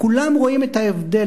כולם רואים את ההבדל,